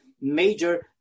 major